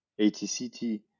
ATCT